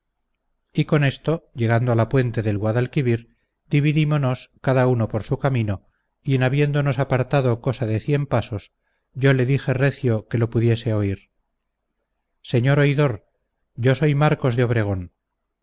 y con esto llegando a la puente del guadalquivir dividímonos cada uno por su camino y en habiéndonos apartado cosa de cien pasos yo le dije recio que lo pudiese oír señor oidor yo soy marcos de obregón